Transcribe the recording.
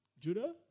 Judah